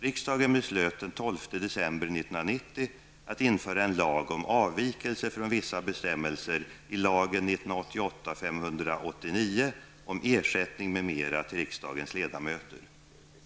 Riksdagen beslöt den 12 december 1990 att införa en lag om avvikelse från vissa bestämmelser i lagen om ersättning m.m. till riksdagens ledamöter.